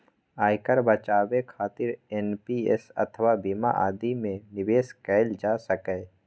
आयकर बचाबै खातिर एन.पी.एस अथवा बीमा आदि मे निवेश कैल जा सकैए